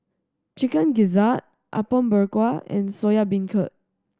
Chicken Gizzard Apom Berkuah and Soya Beancurd